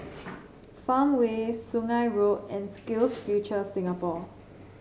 Farmway Sungei Road and SkillsFuture Singapore